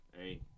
Hey